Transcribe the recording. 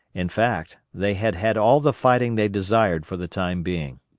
in fact they had had all the fighting they desired for the time being.